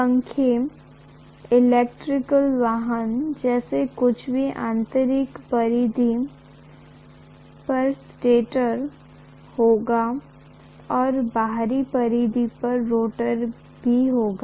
पंखे इलेक्ट्रिक वाहन जैसे कुछ में आंतरिक परिधि पर स्टेटर होगा और बाहरी परिधि पर रोटर भी होगा